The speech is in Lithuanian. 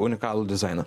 unikalų dizainą